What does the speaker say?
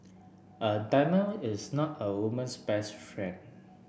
a diamond is not a woman's best friend